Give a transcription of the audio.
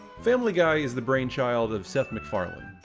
family guy is the brainchild of seth macfarlane,